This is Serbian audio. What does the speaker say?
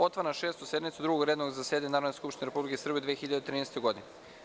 otvaram Šestu sednicu Drugog redovnog zasedanja Narodne skupštine Republike Srbije u 2013. godini.